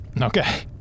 Okay